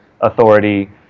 authority